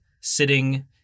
sitting